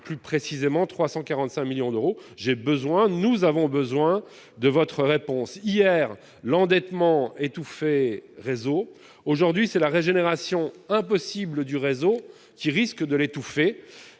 plus précisément, 345 millions d'euros, j'ai besoin, nous avons besoin de votre réponse hier l'endettement réseau aujourd'hui, c'est la régénération impossible du réseau qui risque de l'étouffer,